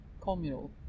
communal